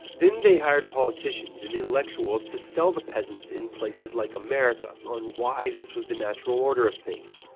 then they hired politicians and intellectuals to sell the peasants in places like america on why this was the natural order of things.